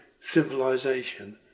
civilization